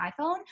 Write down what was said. iPhone